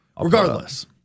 Regardless